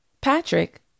Patrick